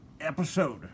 episode